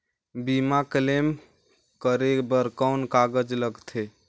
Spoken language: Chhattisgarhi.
बीमा क्लेम करे बर कौन कागजात लगथे?